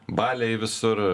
baliai visur